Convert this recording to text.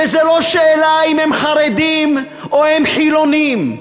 וזה לא שאלה אם הם חרדים או חילונים.